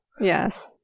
Yes